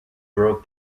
broke